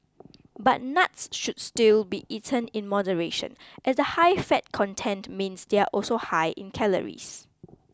but nuts should still be eaten in moderation as the high fat content means they are also high in calories